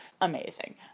Amazing